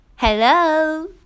Hello